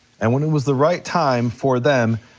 and when it was the right time for them,